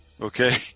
Okay